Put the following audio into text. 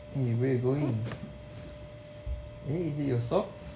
eh where you going eh is it your socks